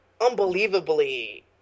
unbelievably